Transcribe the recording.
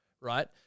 right